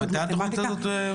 ממתי התכנית הזאת?